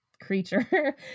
creature